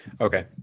Okay